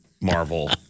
Marvel